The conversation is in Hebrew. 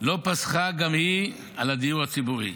לא פסחה גם היא על הדיור הציבורי,